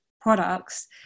products